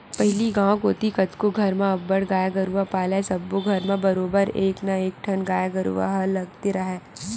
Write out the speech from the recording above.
पहिली गांव कोती कतको घर म अब्बड़ गाय गरूवा पालय सब्बो घर म बरोबर एक ना एकठन गाय गरुवा ह लगते राहय